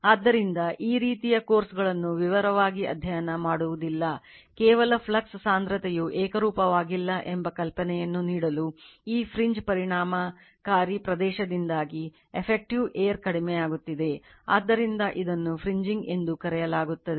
ಆದ್ದರಿಂದ ಈ ರೀತಿಯ ಕೋರ್ಸ್ಗಳನ್ನು ವಿವರವಾಗಿ ಅಧ್ಯಯನ ಮಾಡುವುದಿಲ್ಲ ಕೇವಲ ಫ್ಲಕ್ಸ್ ಸಾಂದ್ರತೆಯು ಏಕರೂಪವಾಗಿಲ್ಲ ಎಂಬ ಕಲ್ಪನೆಯನ್ನು ನೀಡಲು ಈ fringe ಪರಿಣಾಮಕಾರಿ ಪ್ರದೇಶದಿಂದಾಗಿ effective air ಕಡಿಮೆಯಾಗುತ್ತಿದೆ ಆದ್ದರಿಂದ ಇದನ್ನು fringing ಎಂದು ಕರೆಯಲಾಗುತ್ತದೆ